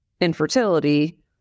infertility